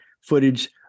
footage